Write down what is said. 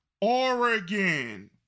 Oregon